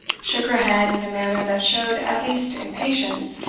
shook her head in a manner that showed at least impatience,